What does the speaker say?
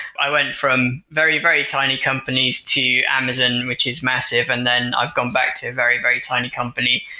i went from very, very tiny companies to amazon, which is massive and then i've gone back to a very, very tiny company.